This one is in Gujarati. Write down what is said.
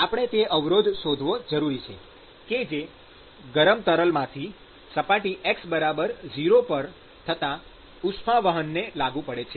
આપણે તે અવરોધ શોધવો જરૂરી છે કે જે ગરમ તરલમાંથી સપાટી x0 પર થતાં ઉષ્મા વહનને લાગુ પડે છે